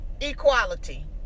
equality